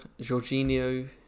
Jorginho